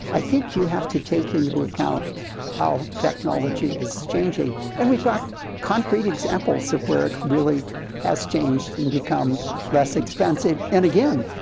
i think you have to take into account how technology is changing. and we've got concrete examples of where it really has changed and become less expensive. and again,